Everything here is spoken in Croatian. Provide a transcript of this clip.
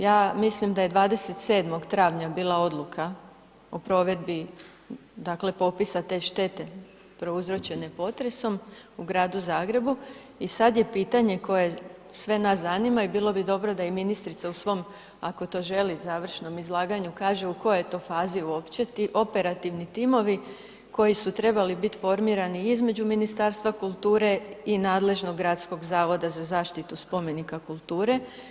Ja mislim da je 27. travanja bila odluka o provedbi dakle popisa te štete prouzročene potresom u Gradu Zagrebu i sad je pitanje koje sve nas zanima i bilo bi dobro da i ministrica u svom ako to želi završnom izlaganju kaže u kojoj je to fazi uopće, ti operativni timovi koji su trebali biti formirani između Ministarstva kulture i nadležnog Gradskog zavoda za zaštitu spomenika kulture.